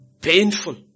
Painful